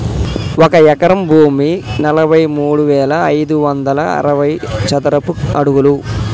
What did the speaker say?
ఒక ఎకరం భూమి నలభై మూడు వేల ఐదు వందల అరవై చదరపు అడుగులు